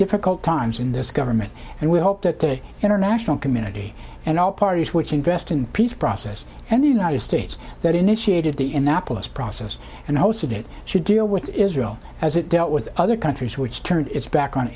difficult times in this government and we hope that the international community and all parties which invested in peace process and the united states that initiated the in the process and hosted it should deal with israel as it dealt with other countries which turned its back on